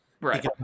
Right